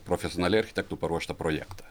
profesionaliai architektų paruoštą projektą